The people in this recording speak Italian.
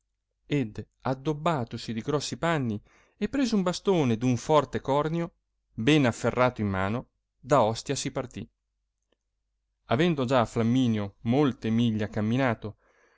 ed addobbatosi di grossi panni e preso un bastone d un torte cornio bene afferrato in mano da ostia si partì avendo già fiamminio molte miglia camminato